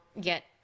get